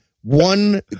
one